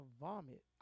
vomit